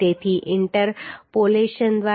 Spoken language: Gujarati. તેથી ઇન્ટરપોલેશન દ્વારા આપણે 110